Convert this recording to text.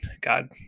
God